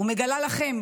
ומגלה לכם